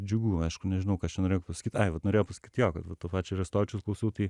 džiugu aišku nežinau ką aš čia norėjau pasakyt ai vat norėjau pasakyt jo kad va to pačio arestovičiaus klausiau tai